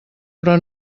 però